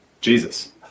Jesus